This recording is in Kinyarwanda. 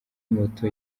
moto